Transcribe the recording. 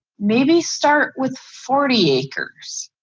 maybe start with forty acres.